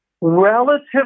relatively